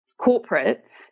corporates